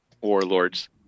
Warlords